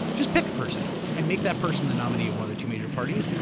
just pick a person and make that person the nominee of one of the two major parties.